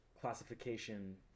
classification